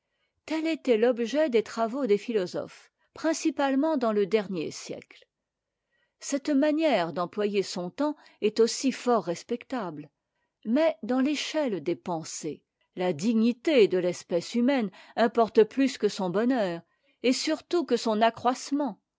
tel était l'objet des travaux des philosophes principalement dans le dernier siècle cette manière d'employer son temps est aussi fort respectable mais dansi'écheiie des pensées la dignité de l'espèce humaine importe plus que son bonheur et surtout que son accroissement